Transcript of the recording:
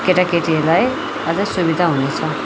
केटीकेटीहरूलाई अझै सुविधा हुने छ